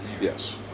Yes